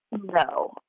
No